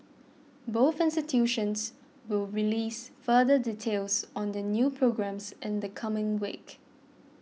both institutions will release further details on their new programmes in the coming week